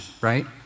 right